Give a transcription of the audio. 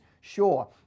sure